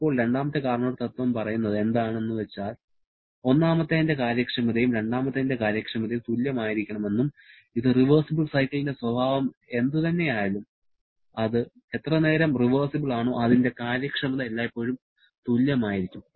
ഇപ്പോൾ രണ്ടാമത്തെ കാർനോട്ട് തത്ത്വം പറയുന്നത് എന്താണ് എന്ന് വച്ചാൽ ഒന്നാമത്തെന്റെ കാര്യക്ഷമതയും രണ്ടാമത്തെന്റെ കാര്യക്ഷമതയും തുല്യമായിരിക്കണമെന്നും ഇത് റിവേഴ്സിബിൾ സൈക്കിളിന്റെ സ്വഭാവം എന്തുതന്നെ ആയാലും അത് എത്ര നേരം റിവേഴ്സിബിൾ ആണോ അതിന്റെ കാര്യക്ഷമത എല്ലായ്പ്പോഴും തുല്യമായിരിക്കും